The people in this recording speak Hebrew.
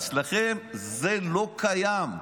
אצלכם זה לא קיים.